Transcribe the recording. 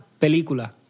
Película